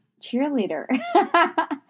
cheerleader